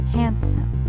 handsome